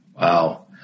Wow